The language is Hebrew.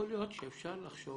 יכול להיות שאפשר לחשוב,